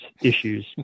issues